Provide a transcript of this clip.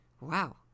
wow